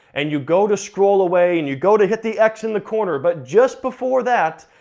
and you go to scroll away, and you go to hit the x in the corner, but just before that,